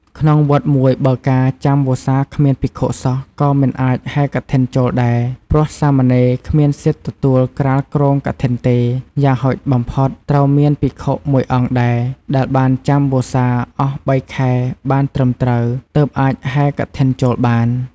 ក្នុងវត្តមួយបើការចាំវស្សាគ្មានភិក្ខុសោះក៏មិនអាចហែរកឋិនចូលដែរ ព្រោះសាមណេរគ្មានសិទ្ធិទទួលក្រាលគ្រងកឋិនទេ យ៉ាងហោចបំផុតត្រូវមានភិក្ខុ១អង្គដែរ ដែលបានចាំវស្សាអស់៣ខែបានត្រឹមត្រូវ ទើបអាចហែកឋិនចូលបាន។